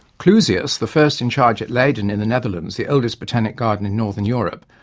clusius, the first in charge at leiden in the netherlands, the oldest botanic garden in northern europe,